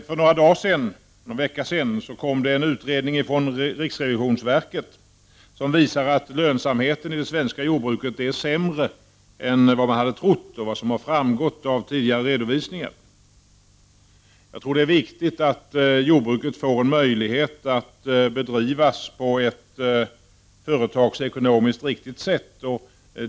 För någon vecka sedan kom det en utredning från riksrevisionsverket som visar att lönsamheten i det svenska jordbruket är sämre än vad man hade trott och som framgått av tidigare redovisningar. Jag tror att det är viktigt att jordbruket får en möjlighet att bedrivas på ett företagsekonomiskt riktigt sätt.